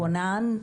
מחונן.